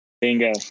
Bingo